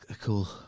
Cool